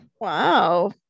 Wow